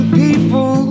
people